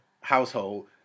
household